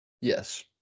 Yes